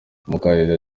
umukandida